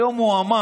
היום הוא אמר: